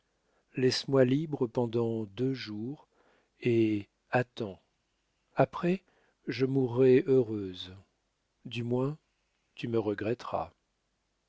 laisse-moi libre pendant deux jours et attends après je mourrai heureuse du moins tu me regretteras